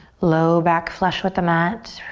low back flush with the mat.